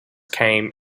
came